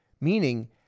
Meaning